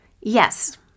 yes